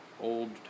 old